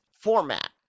format